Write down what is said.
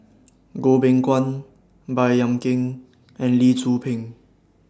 Goh Beng Kwan Baey Yam Keng and Lee Tzu Pheng